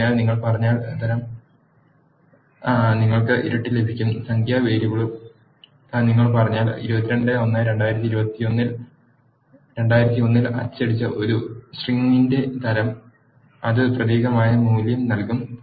അതിനാൽ നിങ്ങൾ പറഞ്ഞാൽ തരം നിങ്ങൾക്ക് ഇരട്ടി ലഭിക്കും സംഖ്യാ വേരിയബിളും നിങ്ങൾ പറഞ്ഞാൽ 22 1 2001 അച്ചടിച്ച ഒരു സ്ട്രിംഗിന്റെ തരം അത് പ്രതീകമായി മൂല്യം നൽകും